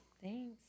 Thanks